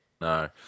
No